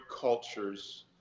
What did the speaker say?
cultures